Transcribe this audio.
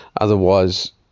Otherwise